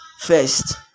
first